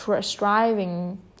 striving